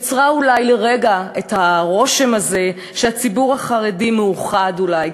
יצרה אולי לרגע את הרושם הזה שהציבור החרדי מאוחד אולי,